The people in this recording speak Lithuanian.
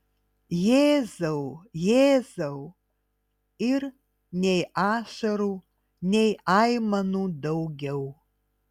jėzau jėzau ir nei ašarų nei aimanų daugiau